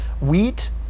Wheat